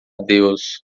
deus